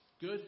Good